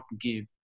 give